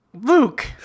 Luke